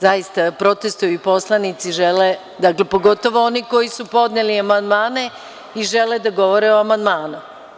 Zaista, protestuju i poslanici, pogotovo oni koji su podneli amandmane, i žele da govore o amandmanu.